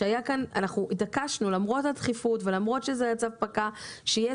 אנחנו התעקשנו למרות הדחיפות ולמרות שהצו הפקע שיהיה